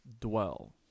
dwell